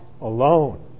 alone